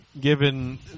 Given